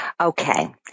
Okay